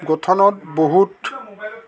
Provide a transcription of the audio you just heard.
গঠনত বহুত